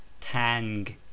tang